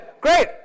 Great